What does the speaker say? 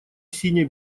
синяя